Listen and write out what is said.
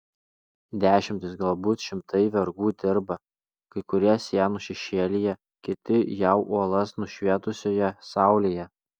dešimtys galbūt šimtai vergų dirba kai kurie sienų šešėlyje kiti jau uolas nušvietusioje saulėje